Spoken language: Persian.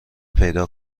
پیدا